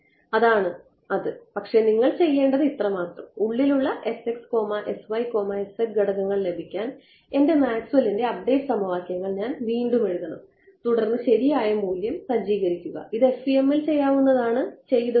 അതാണ് അത് പക്ഷേ നിങ്ങൾ ചെയ്യേണ്ടത് ഇത്രമാത്രം ഉള്ളിലുള്ള ഘടകങ്ങൾ ലഭിക്കാൻ എന്റെ മാക്സ്വെല്ലിന്റെ അപ്ഡേറ്റ് സമവാക്യങ്ങൾ ഞാൻ വീണ്ടും എഴുതണം തുടർന്ന് ശരിയായ മൂല്യം സജ്ജീകരിക്കുക ഇത് FEM ൽ ചെയ്യാവുന്നതാണ് ചെയ്തതുമാണ്